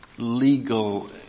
legal